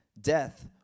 Death